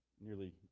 Nearly